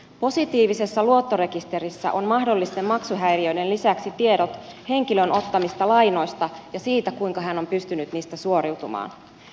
positiivisessa luottorekisterissä on mahdollisten maksuhäiriöiden lisäksi tiedot henkilön ottamista lainoista ja siitä kuinka hän on pystynyt niistä suoriutumaan